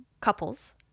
couples